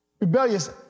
Rebellious